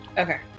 Okay